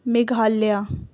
Meghalaya